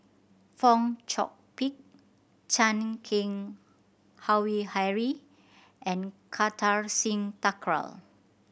Fong Chong Pik Chan Keng Howe Harry and Kartar Singh Thakral